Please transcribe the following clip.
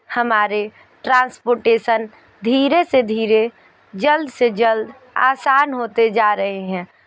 हमारे ट्रांसपोर्टेसन धीरे से धीरे जल्द से जल्द आसान होते जा रहे हैं